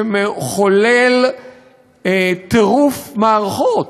שמחולל טירוף מערכות.